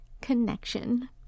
connection